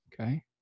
okay